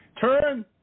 Turn